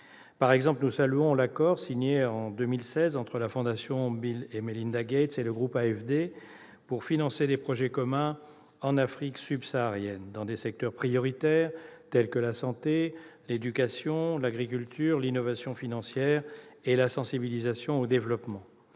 par exemple, l'accord signé en octobre 2016 entre la fondation Bill et Melinda Gates et le groupe AFD pour financer des projets communs en Afrique subsaharienne dans des secteurs prioritaires tels que la santé, l'éducation, l'agriculture, l'innovation financière et la sensibilisation au développement.